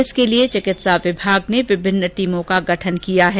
इसके लिये चिकित्सा विभाग ने विभिन्न टीमों का गठन किया है